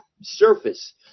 surface